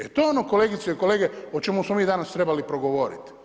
I to je ono kolegice i kolege o čemu smo mi danas trebali progovoriti.